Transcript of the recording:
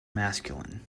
masculine